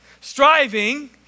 striving